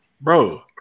bro